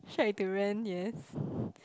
tried to ran yes